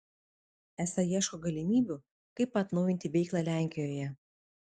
esą ieško galimybių kaip atnaujinti veiklą lenkijoje